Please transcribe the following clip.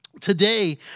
Today